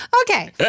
Okay